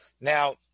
Now